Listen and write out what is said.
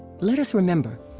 let us remember,